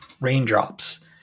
raindrops